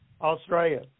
Australia